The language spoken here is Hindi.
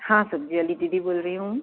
हाँ सब्जी वाली दीदी बोल रही हूँ